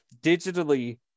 digitally